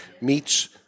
meets